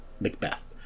Macbeth